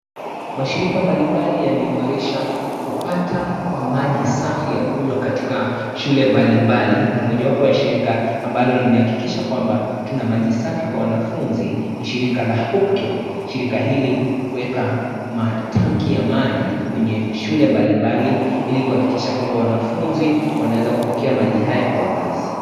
Mashirika mbalimbali yameimarisha kupata maji safi ya kunywa katika shule mbalimbali, na mojawapo ya shirika ambalo limehakikisha kwamba kuna maji safi kwa wanafunzi, ni shirika la HopeCare, shirika hili huweka matanki ya maji kwenye shule mbalimbali, ili kwakikisha kwamba wanafunzi, wanaweza kupokea maji haya kwa uraisi.